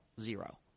Zero